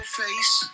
face